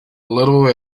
little